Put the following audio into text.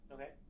Okay